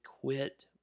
quit